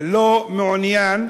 לא מעוניין